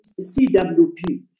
CWP